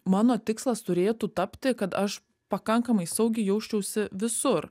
mano tikslas turėtų tapti kad aš pakankamai saugiai jausčiausi visur